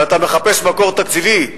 ואתה מחפש מקור תקציבי?